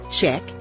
check